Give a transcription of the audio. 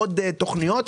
עוד תכניות,